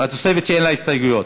שאין לה הסתייגויות.